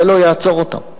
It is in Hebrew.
זה לא יעצור אותם.